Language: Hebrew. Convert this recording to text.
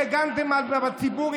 שגם הציבור,